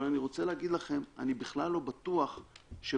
אבל אני רוצה להגיד לכם אני בכלל לא בטוח שבעתיד,